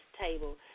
table